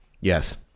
Yes